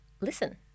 listen